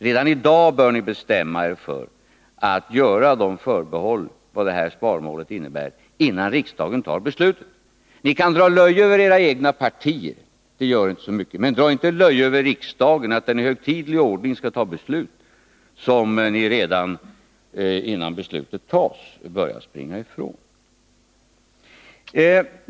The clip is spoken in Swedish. Redan nu bör ni bestämma er för att göra de förbehåll ni vill göra avseende sparmålets innebörd — innan riksdagen fattar beslut. Ni kan dra löje över era egna partier — det gör inte så mycket. Men dra inte löje över riksdagen, så att den i högtidlig ordning tar beslut som ni redan innan det tas börjar springa ifrån.